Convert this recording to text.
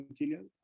material